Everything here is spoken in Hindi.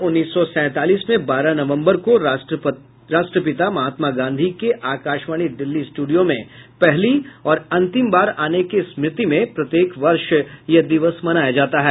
उन्नीस सौ सैंतालीस में बारह नवम्बर को राष्ट्रपिता महात्मा गांधी के आकाशवाणी दिल्ली स्टूडियो में पहली और अंतिम बार आने की स्मृति में प्रत्येक वर्ष यह दिवस मनाया जाता है